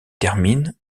termine